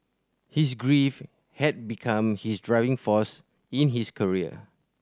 his grief had become his driving force in his career